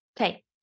Okay